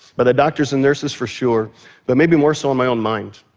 but the doctors and nurses for sure but maybe more so in my own mind,